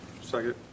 Second